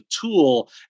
tool